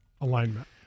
alignment